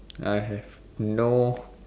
I have no